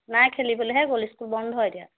নাই খেলিবেলহে গ'ল ইস্কুল বন্ধ এতিয়া